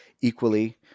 equally